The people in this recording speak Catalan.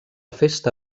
festa